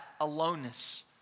aloneness